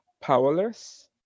powerless